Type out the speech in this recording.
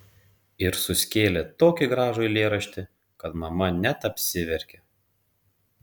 ir suskėlė tokį gražų eilėraštį kad mama net apsiverkė